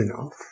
enough